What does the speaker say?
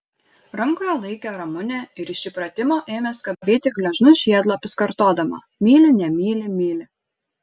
rankoje laikė ramunę ir iš įpratimo ėmė skabyti gležnus žiedlapius kartodama myli nemyli myli